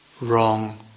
wrong